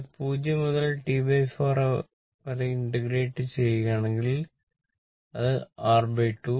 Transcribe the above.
ഇതിനെ 0 മുതൽ T4 വരെ ഇന്റെഗ്രേറ്റ് ചെയ്യുകയാണെങ്കിൽ അത് r 2